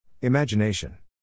Imagination